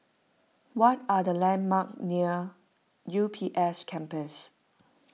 what are the landmark near U B S Campus